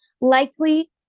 likely